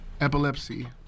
Epilepsy